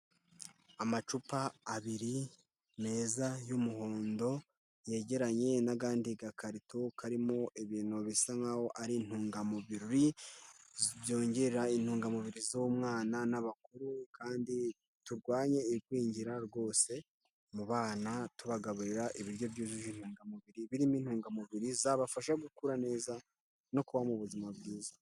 Amacupa abiri meza y'umuhondo, yegeranye n'akandi gakarito karimo ibintu bisa nkaho ari intungamubiri, byongera intungamubiri z'umwana n'abakuru kandi turwanye ibigwingira rwose mu bana, tubagaburira ibiryo byujuje intungamubiri, birimo intungamubiri zabafasha gukura neza no kubaho mu buzima bwiza.